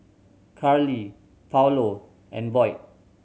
Carly Paulo and Boyd